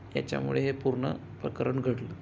याच्यामुळे हे पूर्ण प्रकरण घडलं